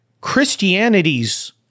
Christianity's